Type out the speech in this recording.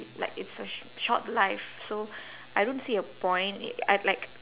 like it's a sh~ short life so I don't see a point in I like